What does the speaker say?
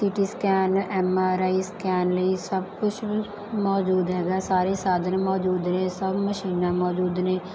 C T scan M R I scan ਲਈ ਸਭ ਕੁਝ ਮੌਜੂਦ ਹੈਗਾ ਸਾਰੇ ਸਾਧਨ ਮੌਜੂਦ ਨੇ ਸਭ ਮਸ਼ੀਨਾਂ ਮੌਜੂਦ ਨੇ